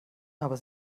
aber